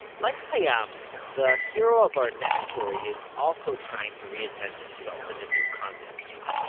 like payam, the hero of our next story is also trying to reinvent himself in a new context.